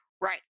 Right